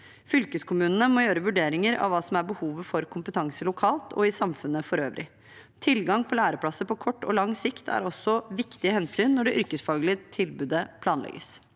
Fylkeskommunene må gjøre vurderinger av hva som er behovet for kompetanse lokalt og i samfunnet for øvrig. Tilgang på læreplasser på kort og lang sikt er også viktige hensyn når det yrkesfaglige tilbudet planlegges.